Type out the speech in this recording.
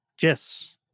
Yes